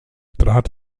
trat